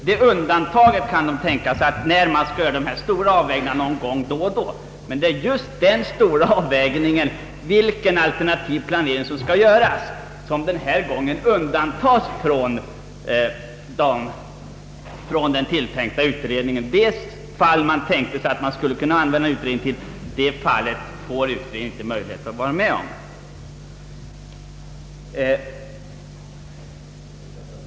Men det är just den stora avvägningen om vilken alternativ planering som skall göras som denna gång undantas från den tilltänkta utredningen. Utredningen får inte vara med om de fall i vilka teoretikerna tänkt sig ha användning för utredningen.